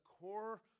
core